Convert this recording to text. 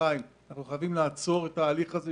אנחנו חייבים לעצור את התהליך הזה.